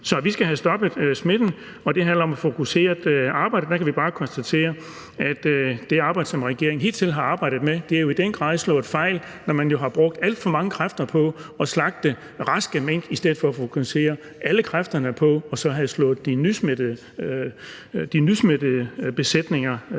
vi skal have stoppet smitten, og det handler om at få fokuseret arbejdet, og der kan vi bare konstatere, at det, som regeringen hidtil har arbejdet med, i den grad er slået fejl, når man har brugt alt for mange kræfter på at slagte raske mink i stedet for at fokusere alle kræfterne på at slå de nysmittede besætninger